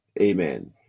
Amen